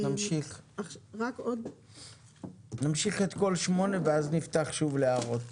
נמשיך את כל 8 ואז נפתח שוב להערות.